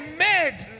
made